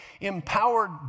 empowered